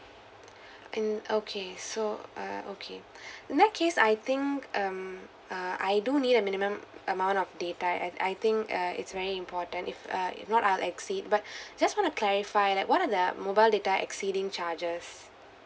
and okay so uh okay in that case I think um uh I do need a minimum amount of data and I think uh it's very important if uh if not are exceed but just want to clarify that what are the mobile data exceeding charges